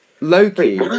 Loki